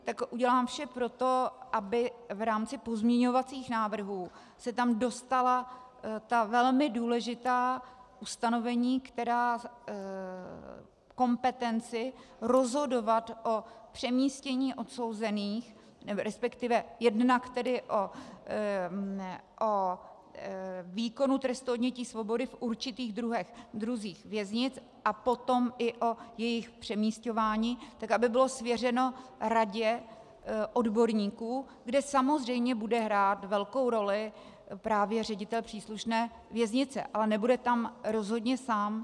Pak udělám vše pro to, aby v rámci pozměňovacích návrhů se tam dostala ta velmi důležitá ustanovení, která kompetenci rozhodovat o přemístění odsouzených, resp. jednak tedy o výkonu trestu odnětí svobody v určitých druzích věznic, a potom i o jejich přemisťování, tak aby bylo svěřeno radě odborníků, kde samozřejmě bude hrát velkou roli právě ředitel příslušné věznice, ale nebude tam rozhodně sám.